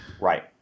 Right